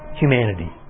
humanity